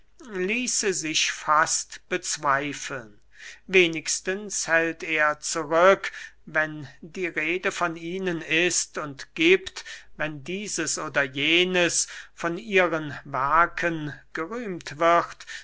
ließe sich fast bezweifeln wenigstens hält er zurück wenn die rede von ihnen ist und giebt wenn dieses oder jenes von ihren werken gerühmt wird